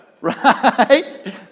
Right